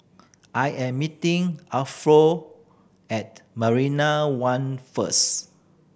I am meeting at Marina One first